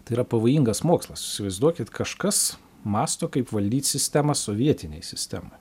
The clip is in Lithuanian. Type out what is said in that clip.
tai yra pavojingas mokslas įsivaizduokit kažkas mąsto kaip valdyt sistemą sovietinėj sistemoj